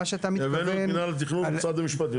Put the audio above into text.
מה שאתה מתכוון --- הבאנו את מינהל התכנון ומשרד המשפטים.